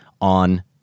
on